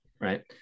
right